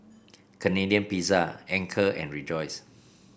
Canadian Pizza Anchor and Rejoice